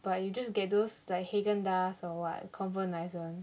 but you just get those like haagen dazs or what confirm nice [one]